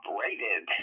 rated